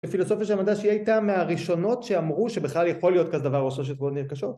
ופילוסופיה של המדע, שהיא הייתה מהראשונות שאמרו שבכלל יכול להיות כזה דבר ראשון של תכונות נרכשות